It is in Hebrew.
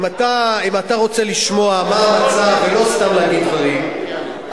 אם אתה רוצה לשמוע ולא סתם להגיד דברים,